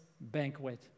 banquet